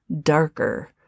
darker